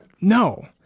No